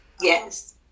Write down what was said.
yes